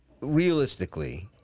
realistically